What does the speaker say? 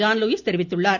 John Lewis தெரிவித்துள்ளார்